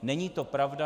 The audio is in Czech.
Není to pravda.